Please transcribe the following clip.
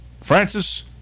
Francis